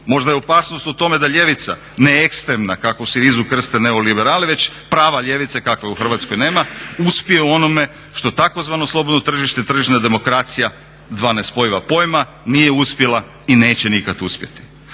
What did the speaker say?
Možda je opasnost u tome da ljevica, ne ekstremna kako Syrizu krste neoliberali već prava ljevica kakve u Hrvatskoj nema uspije u onome što tzv. slobodno tržište i tržišna demokracija dva nespojiva pojma nije uspjela i neće nikad uspjeti.